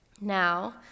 Now